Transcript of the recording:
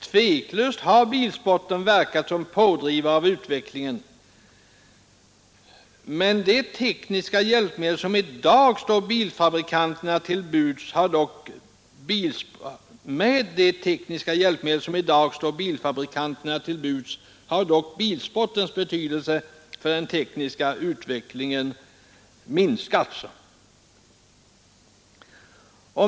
Tveklöst har bilsporten verkat som pådrivare av utvecklingen, men med de tekniska hjälpmedel som i dag står bilfabrikanterna till buds har dock bilsportens betydelse för den tekniska utvecklingen minskats.